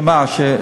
שמה?